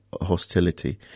hostility